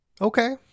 Okay